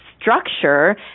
structure